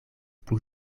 plu